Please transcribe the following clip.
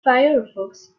firefox